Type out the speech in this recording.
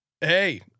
Hey